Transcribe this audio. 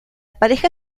pareja